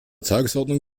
tagesordnung